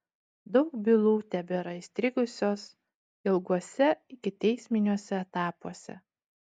daug bylų tebėra įstrigusios ilguose ikiteisminiuose etapuose